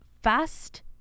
Fast